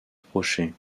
reprocher